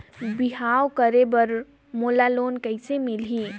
बिहाव करे बर मोला लोन कइसे मिलही?